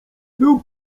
był